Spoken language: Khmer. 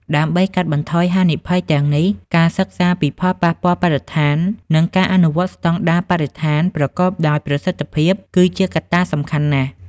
ដើម្បីកាត់បន្ថយហានិភ័យទាំងនេះ ការសិក្សាពីផលប៉ះពាល់បរិស្ថាន និងការអនុវត្តស្តង់ដារបរិស្ថានប្រកបដោយប្រសិទ្ធភាព គឺជាកត្តាសំខាន់ណាស់។